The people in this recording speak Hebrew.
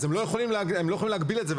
אז הם לא יכולים להגביל את זה.